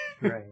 right